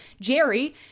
Jerry